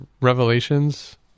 revelations